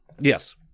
Yes